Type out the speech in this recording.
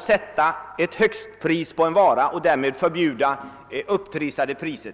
sätta ett högstpris på en vara och därmed förhindra orimliga priser.